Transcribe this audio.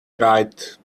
right